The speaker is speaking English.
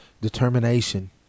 determination